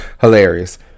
Hilarious